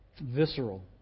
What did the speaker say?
visceral